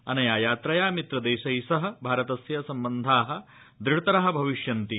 अनया यात्रया मित्रदेशै सह भारतस्य सम्बन्धा दृढतरा भविष्यन्ति